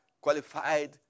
qualified